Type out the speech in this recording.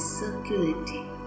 circulating